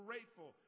Grateful